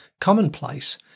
commonplace